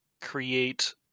create